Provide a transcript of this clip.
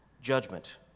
judgment